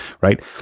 right